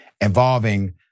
involving